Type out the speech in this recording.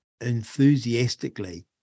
enthusiastically